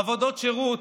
עבודות שירות.